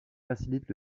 facilite